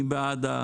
אני בעד.